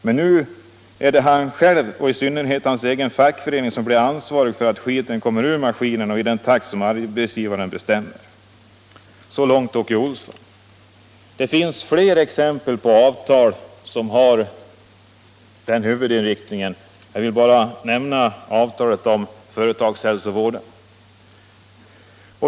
Men nu är det han själv och i synnerhet hans egen fackförening som blir ansvarig för att skiten kommer ur maskinerna i den takt som arbetsgivarna bestämmer.” Det finns flera exempel på avtal som har denna huvudinriktning. Jag vill här bara nämna avtalet om företagshälsovården.